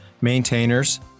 maintainers